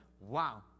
Wow